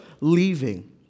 leaving